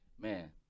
man